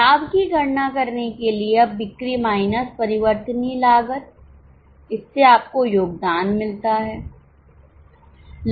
लाभ की गणना करने के लिए अब बिक्री माइनस परिवर्तनीय लागत इससे आपको योगदान मिलता है